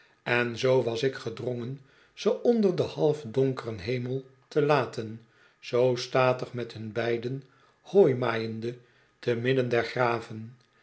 en zoo was ik gedrongen ze onder den halfdonkeren hemel te laten zoo statig met hun beiden hooimaaiende te midden der graven